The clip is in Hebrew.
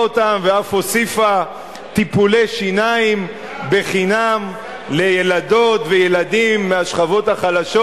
אותו ואף הוסיפה טיפולי שיניים בחינם לילדות וילדים מהשכבות החלשות,